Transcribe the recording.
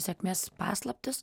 sėkmės paslaptys